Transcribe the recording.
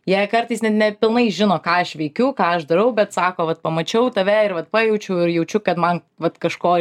jei kartais ne ne pilnai žino ką aš veikiu ką aš darau bet sako vat pamačiau tave ir vat pajaučiau ir jaučiu kad man vat kažko